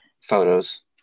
photos